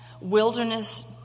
wilderness